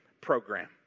program